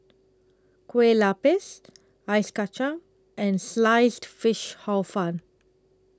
Kueh Lapis Ice Kacang and Sliced Fish Hor Fun